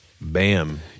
bam